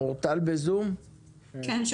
דוחות בעניינים